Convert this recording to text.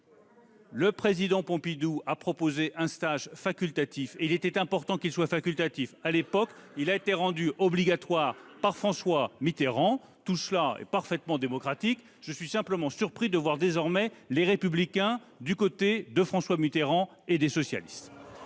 Le président Pompidou avait proposé un stage facultatif, qui a été rendu obligatoire par François Mitterrand. Tout cela est parfaitement démocratique. Je suis simplement surpris de voir désormais Les Républicains du côté de François Mitterrand et des socialistes.